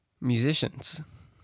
musicians